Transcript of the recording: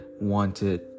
wanted